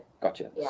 gotcha